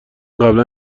قبلا